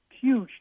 huge